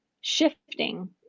shifting